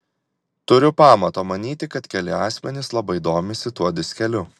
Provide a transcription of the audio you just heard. turiu pamato manyti kad keli asmenys labai domisi tuo diskeliu